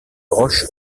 broche